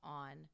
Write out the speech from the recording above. on